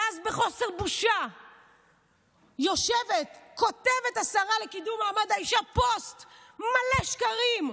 ואז בחוסר בושה כותבת השרה לקידום מעמד האישה פוסט מלא שקרים,